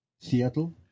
Seattle